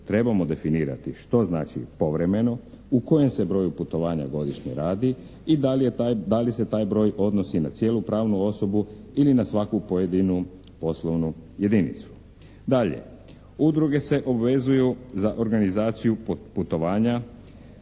trebamo definirati što znači povremeno, u kojem se broju putovanja godišnje radi i da li se taj broj odnosi na cijelu pravnu osobu ili na svaku pojedinu poslovnu jedinicu. Dalje, udruge se obvezuju za organizaciju putovanja